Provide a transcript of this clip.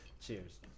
cheers